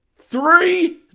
Three